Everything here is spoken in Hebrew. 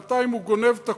בינתיים הוא גונב את הקופה,